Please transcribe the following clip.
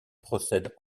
procède